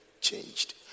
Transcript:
changed